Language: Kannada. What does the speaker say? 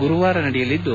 ಗುರುವಾರ ನಡೆಯಲಿದ್ದು